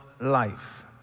life